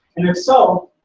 and if so,